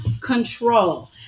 control